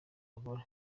bagore